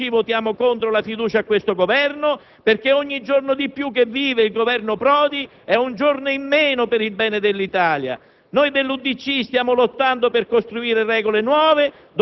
Per queste ragioni e con questa consapevolezza noi dell'UDC votiamo contro la fiducia a questo Governo, perché ogni giorno di più che vive il Governo Prodi è un giorno in meno per il bene dell'Italia.